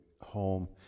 home